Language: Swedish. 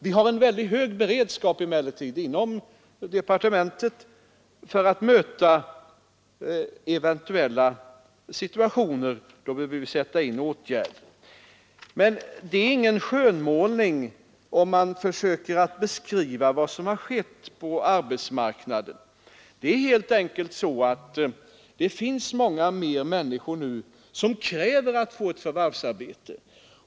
Vi har emellertid en hög beredskap inom departementet för att möta eventuella situationer då vi behöver sätta in åtgärder. Men det är ingen skönmålning om man försöker beskriva vad som har skett på arbetsmarknaden. Det är helt enkelt så att det finns många fler människor nu som kräver att få ett förvärvsarbete.